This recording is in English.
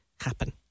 happen